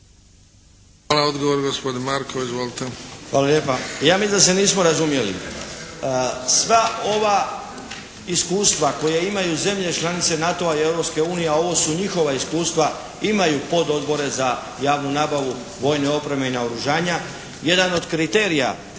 Hvala. Odgovor, gospodin Markov. Izvolite.